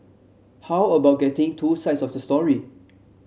how about getting two sides of the story